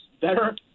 better